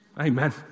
Amen